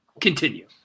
Continue